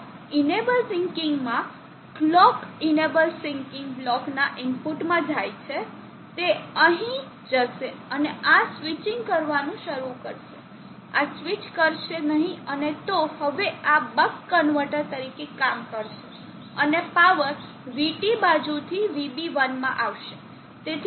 તો enable syncing માં clock enable syncing block ના ઈનપુટ માં જાય છે તે અહીં જશે અને આ સ્વિચીંગ કરવાનું શરૂ કરશે આ સ્વિચ કરશે નહીં અને તો હવે આ બક કન્વર્ટર તરીકે કામ કરશે અને પાવર VT બાજુથી VB1 માં આવશે